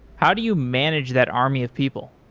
how do you manage that army of people?